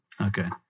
Okay